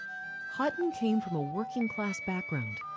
hutton came from a working class background.